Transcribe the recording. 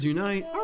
Unite